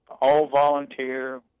all-volunteer